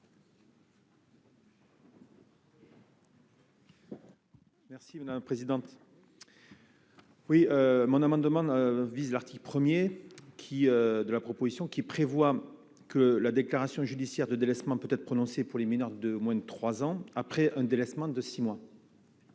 Merci, on a un président. Oui, mon amendement vise l'article 1er qui de la proposition qui prévoit que la déclaration judiciaire de délaissement peut-être prononcé pour les mineurs de moins de 3 ans après un délaissement de 6 mois.